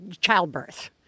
childbirth